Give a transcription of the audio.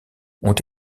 ont